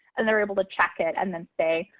and they're able to check it and then say,